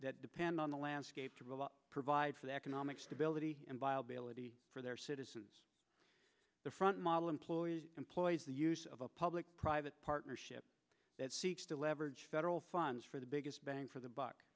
that depend on the landscape to provide for the economic stability and viability for their citizens the front model employer employs the use of a public private partnership that seeks to leverage federal funds for the biggest bang for the buck